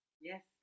Yes